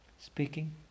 Speaking